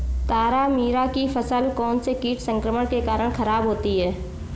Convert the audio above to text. तारामीरा की फसल कौनसे कीट संक्रमण के कारण खराब होती है?